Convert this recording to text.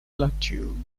plateau